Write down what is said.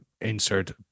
insert